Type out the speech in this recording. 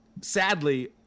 sadly